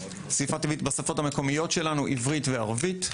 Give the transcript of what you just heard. שפה טבעית בשפות המקומיות שלנו עברית וערבית,